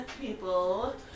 people